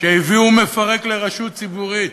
שהביאו מפרק לרשות ציבורית.